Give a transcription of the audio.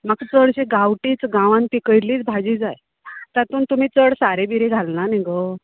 म्हाका चडशें गांवटीच गांवांन पिकयल्लीच भाजी जाय तातूंत तुमी चड सारें बिरें घालना न्ही गो